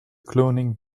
cloning